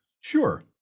Sure